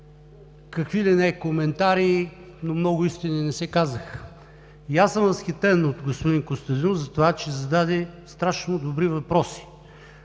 какви ли не коментарии, но много истини не се казаха. И аз съм възхитен от господин Костадинов за това, че зададе страшно добри въпроси